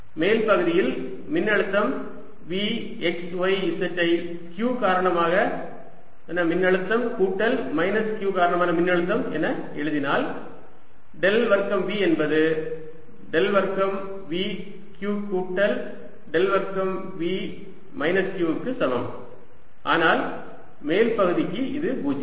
மேல் பகுதியில் மின்னழுத்தம் V x y z ஐ q காரணமாக மின்னழுத்தம் கூட்டல் மைனஸ் q காரணமாக மின்னழுத்தம் என எழுதினால் டெல் வர்க்கம் V என்பது டெல் வர்க்கம் Vq கூட்டல் டெல் வர்க்கம் V மைனஸ் q க்கு சமம் ஆனால் மேல் பகுதிக்கு இது 0